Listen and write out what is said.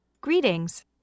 Greetings